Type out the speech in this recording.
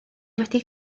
wedi